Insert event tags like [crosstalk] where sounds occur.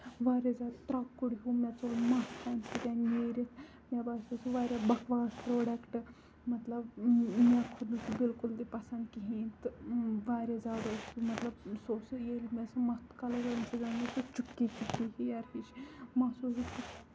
واریاہ زیادٕ ترکُر ہیوٗ مےٚ ژوٚل مَس تَمہِ سۭتۍ نیٖرِتھ مےٚ باسیو سُہ واریاہ بَکواس پروڈَکٹ مطلب مےٚ کھوٚت نہٕ سُہ بِلکُل تہِ پَسند کہیٖنۍ تہٕ واریاہ زیادٕ اوس سُہ مطلب سُہ اوس ییٚلہِ مےٚ سُہ مَتھ کَلَس اَمہِ سۭتۍ آیہِ مےٚ چپکی چپکی ہِیر ہِش مَس اوس [unintelligible]